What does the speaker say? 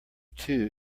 two